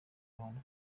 abantu